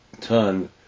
turn